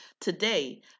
Today